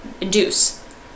induce